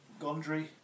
Gondry